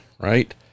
right